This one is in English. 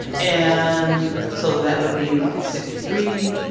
and, so that would be about sixty three